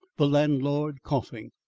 the landlord coughing,